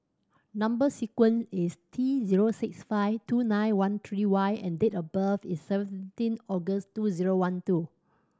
number sequence is T zero six five two nine one three Y and date of birth is seventeen August two zero one two